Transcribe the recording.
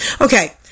okay